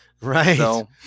Right